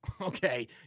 okay